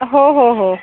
हो हो हो